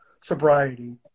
sobriety